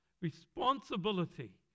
responsibility